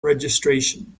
registration